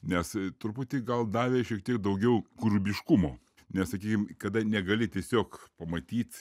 nes truputį gal davė šiek tiek daugiau kūrybiškumo nes sakykim kada negali tiesiog pamatyt